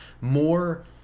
more